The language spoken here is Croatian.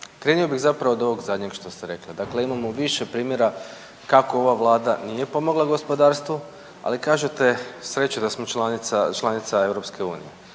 krenuo bih zapravo od ovoga zadnjeg što ste rekli. Dakle, imamo više primjera kako ova Vlada nije pomogla gospodarstvu, ali kažete sreća da smo članica Europske unije.